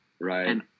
Right